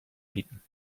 bieten